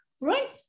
Right